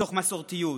מתוך מסורתיות,